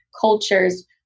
cultures